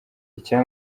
icya